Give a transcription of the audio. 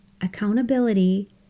accountability